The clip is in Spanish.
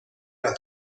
las